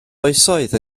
oesoedd